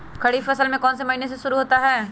खरीफ फसल कौन में से महीने से शुरू होता है?